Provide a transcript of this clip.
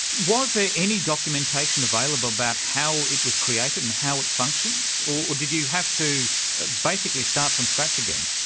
was there any documentation available about how it was created and how it functions? or did you have to ah basically start from scratch again?